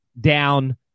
Down